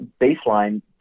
baseline